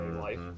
life